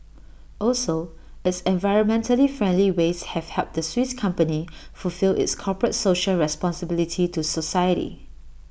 also its environmentally friendly ways have helped the Swiss company fulfil its corporate social responsibility to society